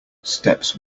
steps